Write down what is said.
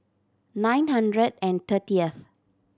nine hundred and thirtieth